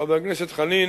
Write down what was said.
חבר הכנסת חנין,